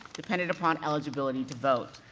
depended upon eligibility to vote,